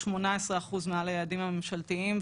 18% מעל היעדים הממשלתיים,